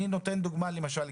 אני אתן דוגמה למשל,